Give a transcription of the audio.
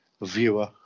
Viewer